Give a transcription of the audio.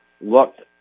looked